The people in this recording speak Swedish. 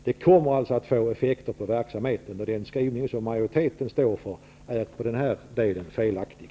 Det kommer således att få effekter på verksamheten. Den skrivning som majoriteten står för är i denna del felaktig.